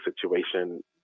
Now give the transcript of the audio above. situation